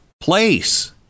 place